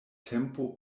tempo